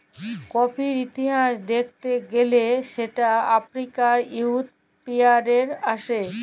কফির ইতিহাস দ্যাখতে গ্যালে সেট আফ্রিকাল্লে ইথিওপিয়াল্লে আস্যে